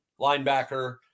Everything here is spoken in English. linebacker